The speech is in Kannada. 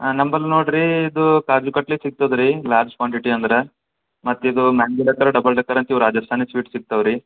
ಹಾಂ ನಂಬಲ್ಲಿ ನೋಡಿರಿ ಇದು ಕಾಜು ಕತ್ಲಿ ಸಿಕ್ತದೆ ರೀ ಲಾರ್ಜ್ ಕ್ವಾಂಟಿಟಿ ಅಂದ್ರೆ ಮತ್ತಿದು ಮ್ಯಾಂಗೋ ಡಕ್ಕರ್ ಡಬಲ್ ಡಕ್ಕರ್ ಅಂತ ರಾಜಸ್ಥಾನಿ ಸ್ವೀಟ್ ಸಿಕ್ತವೆ ರೀ